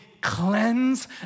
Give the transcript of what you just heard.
cleanse